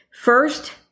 First